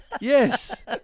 Yes